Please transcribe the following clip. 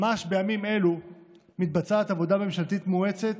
ממש בימים אלה מתבצעת עבודה ממשלתית מואצת